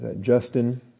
Justin